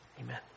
Amen